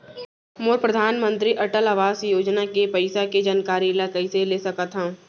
मोर परधानमंतरी अटल आवास योजना के पइसा के जानकारी ल कइसे ले सकत हो?